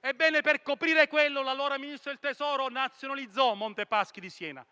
Ebbene, per coprire quello scandalo l'allora Ministro dell'economia nazionalizzò Monte Paschi di Siena